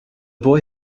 boy